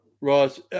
Ross